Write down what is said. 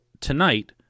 tonight